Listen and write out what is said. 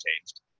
changed